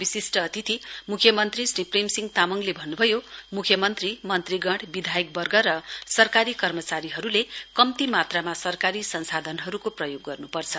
विशिष्ट अतिथि म्ख्यमन्त्री श्री प्रेमसिंह तामङले भन्न्भयो म्ख्यमन्त्री मन्त्रीगण विधायकवर्ग र सरकारी कर्मचारीहरूले कम्ती मात्रामा सरकारी संसाधनहरूको प्रयोग गर्न्पर्छ